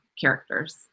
characters